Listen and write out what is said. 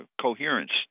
coherence